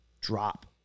drop